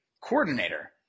coordinator